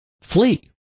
flee